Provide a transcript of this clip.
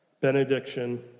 benediction